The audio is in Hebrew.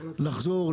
לחזור,